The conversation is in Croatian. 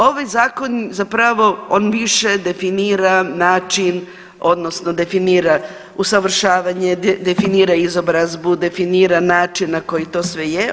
Ovaj zakon zapravo on više definira način odnosno definira usavršavanje, definira izobrazbu, definira način na koji to sve je.